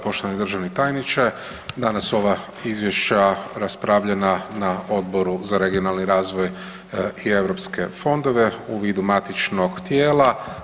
Poštovani državni tajniče danas su ova izvješća raspravljena na Odboru za regionalni razvoj i europske fondove u vidu matičnog tijela.